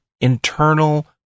internal